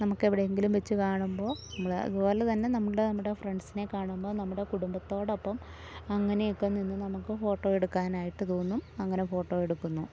നമുക്കെവിടെയെങ്കിലും വെച്ചു കാണുമ്പോൾ നമ്മൾ അതു പോലെ തന്നെ നമ്മുടെ നമ്മുടെ ഫ്രണ്ട്സിനെ കാണുമ്പോൾ നമ്മുടെ കുടുംബത്തോടൊപ്പം അങ്ങനെയൊക്കെ നിന്ന് നമുക്ക് ഫോട്ടോയെടുക്കാനായിട്ട് തോന്നും അങ്ങനെ ഫോട്ടോയെടുക്കുന്നു